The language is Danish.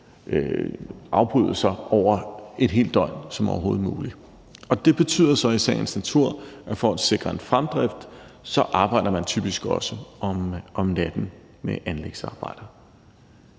afbrydelser over et helt døgn som overhovedet muligt. Det betyder så i sagens natur, at for at sikre en fremdrift arbejder man typisk også om natten med anlægsarbejder.